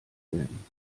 werden